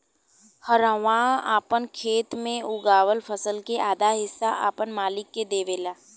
हरवाह आपन खेत मे उगावल फसल के आधा हिस्सा आपन मालिक के देवेले